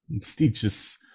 stitches